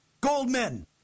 Goldman